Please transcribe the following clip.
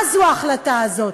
מה זו ההחלטה הזאת?